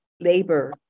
labor